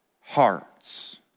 hearts